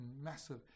massive